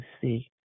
see